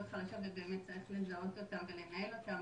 חלשות ובאמת צריך לזהות אותם ולנהל אותם,